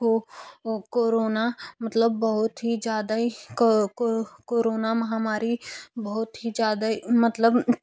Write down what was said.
को कोरोना मतलब बहुत ही ज़्यादा ही कोरोना महामारी बहुत ही ज़्यादा ही मतलब